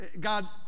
god